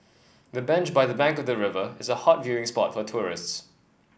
the bench by the bank of the river is a hot viewing spot for tourists